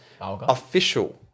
official